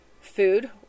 food